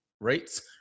rates